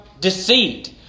deceit